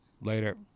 later